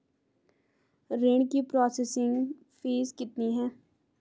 ऋण की processing fees कितनी है?